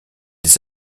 des